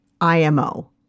IMO